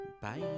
Bye